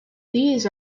these